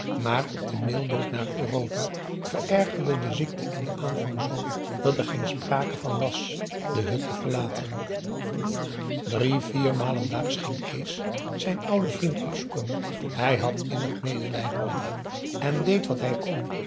maar op de mailboot naar europa verergerde de ziekte in den aanvang z dat er geen sprake van was de hut te verlaten drie viermalen daags ging kees zijn ouden vriend opzoeken hij had innig medelijden met hem en deed wat hij kon